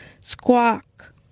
Squawk